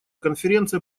конференция